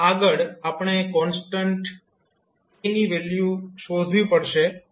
હવે આગળ આપણે કોન્સ્ટન્ટ A ની વેલ્યુ શોધવી પડશે